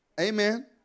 Amen